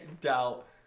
doubt